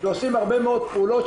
ועושים הרבה מאוד פעולות,